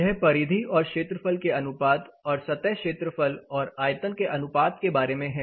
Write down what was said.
यह परिधि और क्षेत्रफल के अनुपात और सतह क्षेत्रफल और आयतन के अनुपात के बारे में है